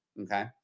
okay